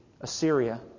Assyria